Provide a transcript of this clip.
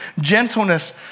gentleness